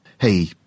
Hey